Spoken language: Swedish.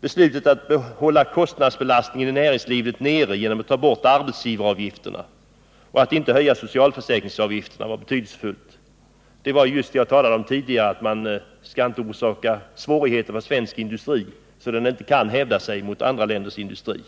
Beslutet att hålla kostnadsbelastningen i näringslivet nere genom att ta bort arbetsgivaravgifterna och att inte höja socialförsäkringsavgifterna var betydelsefullt. Som jag sade tidigare skall man inte orsaka svårigheter för svensk industri, så att den inte kan hävda sig mot andra länders industri.